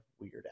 weird